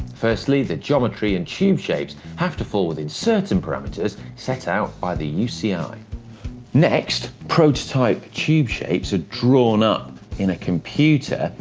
firstly, the geometry and tube shapes have to fall within certain parameters, set out by the uci. yeah ah and next, prototype tube shapes are drawn up in a computer,